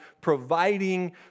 providing